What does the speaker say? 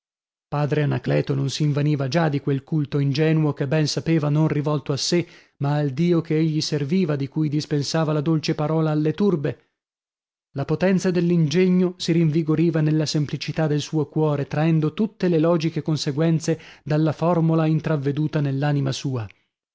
padre anacleto non s'invaniva già di quel culto ingenuo che ben sapeva non rivolto a sè ma al dio che egli serviva di cui dispensava la dolce parola alle turbe la potenza dell'ingegno si rinvigoriva nella semplicità del suo cuore traendo tutte le logiche conseguenze dalla formola intravveduta nell'anima sua